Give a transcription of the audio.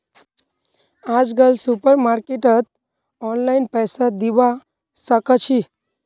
आजकल सुपरमार्केटत ऑनलाइन पैसा दिबा साकाछि